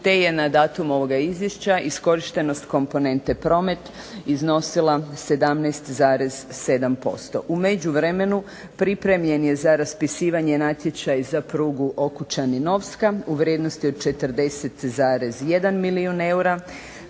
te je na datum ovog izvješća iskorištenost komponente promet iznosila 17,7%. U međuvremenu pripremljen je za raspisivanje natječaj za prugu Okučani-Novska, u vrijednosti od 40,1 milijun eura,